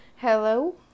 Hello